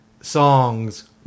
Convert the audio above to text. songs